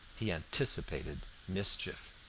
he anticipated mischief.